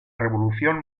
revolución